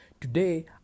Today